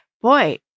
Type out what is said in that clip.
Boy